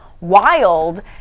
wild